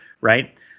Right